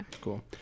cool